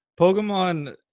Pokemon